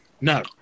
No